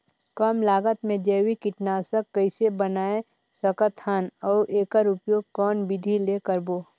कम लागत मे जैविक कीटनाशक कइसे बनाय सकत हन अउ एकर उपयोग कौन विधि ले करबो?